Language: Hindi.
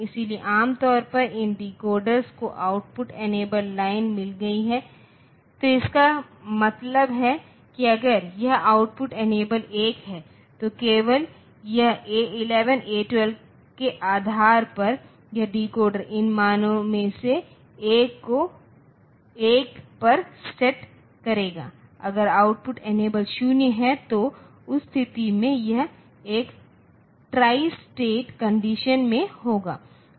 इसलिए आम तौर पर इन डिकोडर्स को आउटपुट इनेबल लाइन मिल गई है तो इसका मतलब है कि अगर यह आउटपुट इनेबल 1 है तो केवल इस A11 A 12 के आधार पर यह डिकोडर इन मानों में से एक को 1 पर सेट करेगा अगर आउटपुट इनेबल 0 है तो उस स्थिति में यह एक ट्रॉय स्टेट कंडीशन में होगा